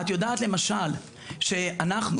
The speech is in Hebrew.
את יודעת למשל שאנחנו,